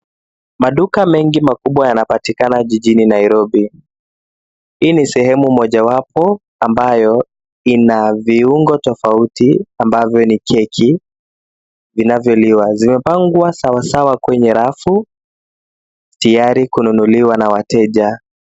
Maduka mengi makubwa yanapatikana jijini Nairobi. Hii ni sehemu mojawapo ambayo ina viungo tofauti ambavyo ni keki vinavyoliwa. Zimepangwa sawasawa kwenye rafu tayari kununuliwa na wateja.